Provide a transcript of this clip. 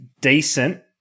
decent